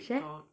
shag